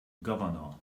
governor